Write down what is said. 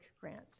grant